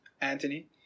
Anthony